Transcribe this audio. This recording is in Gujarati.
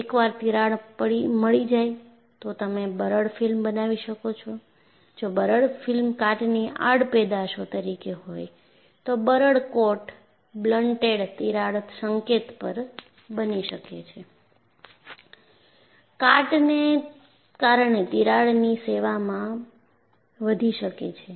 એકવાર તિરાડ મળી જાય તો તમે બરડ ફિલ્મ બનાવી શકો છો જો બરડ ફિલ્મ કાટની આડપેદાશ તરીકે હોય તો બરડ કોટ બ્લન્ટેડ તિરાડ સંકેત પર બની શકે છે કાટને કારણે તિરાડની સેવામાં વધી શકે છે